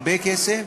הרבה כסף.